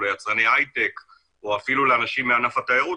ליצרני הייטק או אפילו לאנשים מענף התיירות,